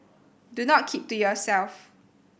do not keep to yourself